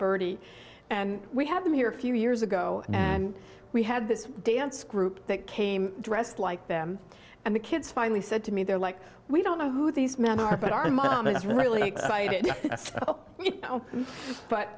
birdie and we had been here a few years ago and we had this dance group that came dressed like them and the kids finally said to me they're like we don't know who these men are but our mom is really